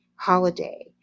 holiday